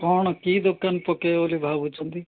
କ'ଣ କି ଦୋକାନ ପକେଇବେ ବୋଲି ଭାବୁଛନ୍ତି